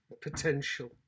potential